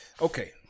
Okay